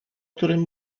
którym